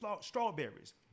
strawberries